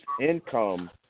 income